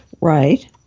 right